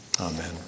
Amen